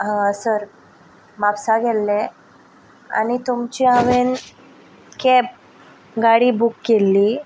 हांगार म्हापसा गेल्लें आनी तुमची हांवेन केब गाडी बूक केल्ली